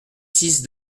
six